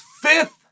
fifth